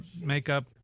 makeup